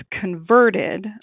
converted